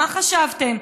מה חשבתם,